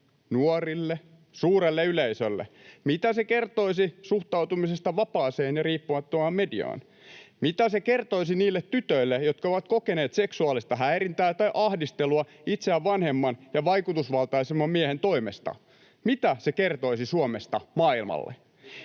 nuorille, suurelle yleisölle? Mitä se kertoisi suhtautumisesta vapaaseen ja riippumattomaan mediaan? Mitä se kertoisi niille tytöille, jotka ovat kokeneet seksuaalista häirintää tai ahdistelua itseään vanhemman ja vaikutusvaltaisemman miehen toimesta? Mitä se kertoisi Suomesta maailmalle?